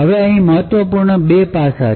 હવે અહીં મહત્વપૂર્ણ બે પાસા છે